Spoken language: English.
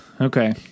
Okay